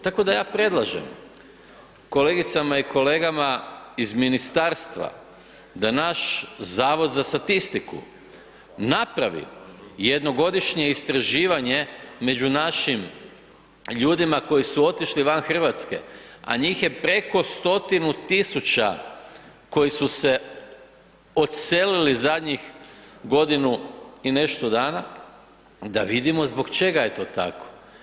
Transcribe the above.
Tako da ja predlažem kolegicama i kolegama iz ministarstva da naš Zavod za statistiku napravi jednogodišnje istraživanje među našim ljudima koji su otišli van Hrvatske, a njih je preko stotinu tisuća koji su se odselili zadnjih godinu i nešto dana da vidimo zbog čega je to tako.